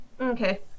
Okay